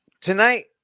tonight